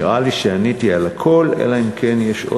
נראה לי שעניתי על הכול, אלא אם כן יש עוד שאלה.